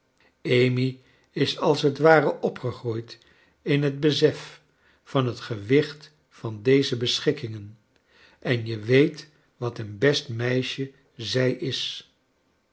amy is als het ware opgegroeid in het besef van het gewicht van deze beschikkingen en je weet wat een best meisje zrj is